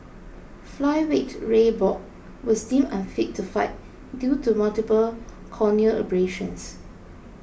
Flyweight Ray Borg was deemed unfit to fight due to multiple corneal abrasions